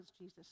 Jesus